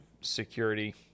security